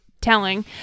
telling